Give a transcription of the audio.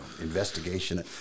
investigation